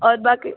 और बाक़ी